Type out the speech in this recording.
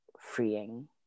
freeing